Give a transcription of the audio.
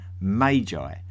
magi